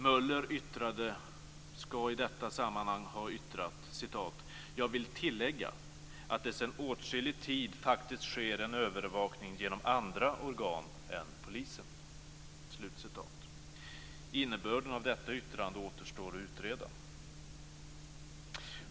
Möller skall i detta sammanhang ha yttrat: "Jag vill tillägga, att det sedan åtskillig tid faktiskt sker en övervakning genom andra organ än polisen." Innebörden av detta yttrande återstår att utreda.